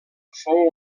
fou